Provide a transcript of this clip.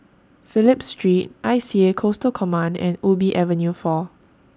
Phillip Street I C A Coastal Command and Ubi Avenue four